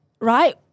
right